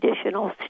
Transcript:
additional